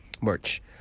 merch